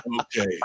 Okay